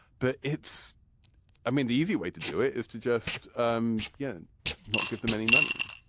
but it's i mean, the easy way to do it is to just um yeah and not give them any money.